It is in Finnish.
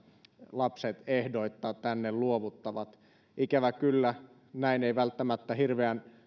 lapset ehdoitta tänne luovuttavat ikävä kyllä näin ei välttämättä hirveän